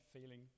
feeling